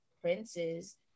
princes